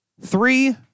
Three